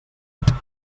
retard